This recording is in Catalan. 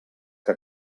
que